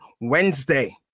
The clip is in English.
Wednesday